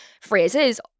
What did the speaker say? phrases